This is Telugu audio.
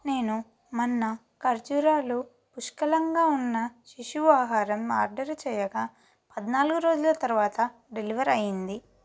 నేను మన్నా ఖర్జూరాలు పుష్కలంగా ఉన్న శిశువు ఆహారం ఆర్డరు చేయగా పద్నాలుగు రోజుల తరువాత డెలివర్ అయింది